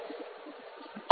આપણે બહુધા આવું કરતા નથી